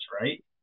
right